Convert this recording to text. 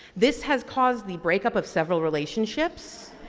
this has caused the breakup of several relationships.